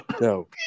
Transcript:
no